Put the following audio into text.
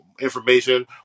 information